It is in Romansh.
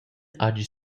hagi